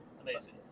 amazing